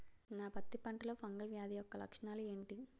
నా పత్తి పంటలో ఫంగల్ వ్యాధి యెక్క లక్షణాలు ఏంటి?